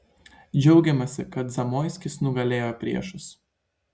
džiaugiamasi kad zamoiskis nugalėjo priešus